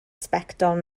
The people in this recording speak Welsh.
sbectol